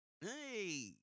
Hey